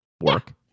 work